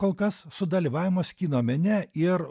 kol kas sudalyvavimas kino mene ir